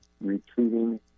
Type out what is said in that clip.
retreating